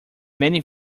many